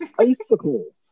icicles